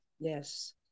Yes